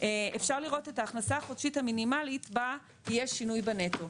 אפשר לראות את ההכנסה החודשית המינימלית בה יש שינוי בנטו.